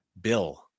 Bill